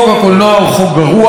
צריך להצביע נגדו,